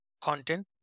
content